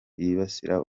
yibasira